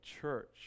church